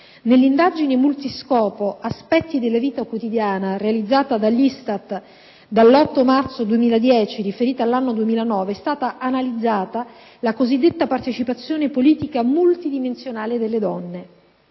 (denominata «Aspetti della vita quotidiana»), realizzata dall'ISTAT dall'8 marzo 2010 e riferita all'anno 2009, è stata analizzata la cosiddetta partecipazione politica multidimensionale delle donne.